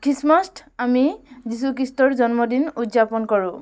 Christmas আমি যীশুখ্ৰীষ্টৰ জন্মদিন উদযাপন কৰোঁ